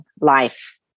life